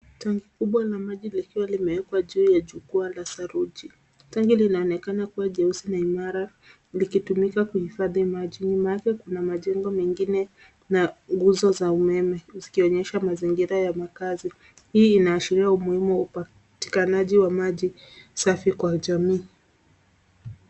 Tanki kubwa la maji likiwa limeekwa juu ya jukwaa la saruji, tanki linaonekana kuwa jeusi na imara likitumika kuhifadhi maji. Nyuma yake kuna majengo mengine na nguzo za umeme, zikionyesha mazingira ya makazi. Hii inaashira umuhimu wa upatikanaji wa maji safi kwa jamii.